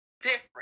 different